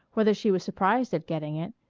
whether she was surprised at getting it,